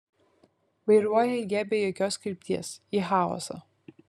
vairuoja jie be jokios krypties į chaosą